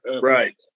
Right